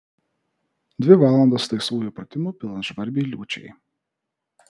dvi valandos laisvųjų pratimų pilant žvarbiai liūčiai